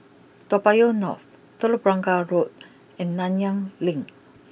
Toa Payoh North Telok Blangah Road and Nanyang Link